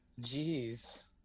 Jeez